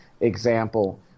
example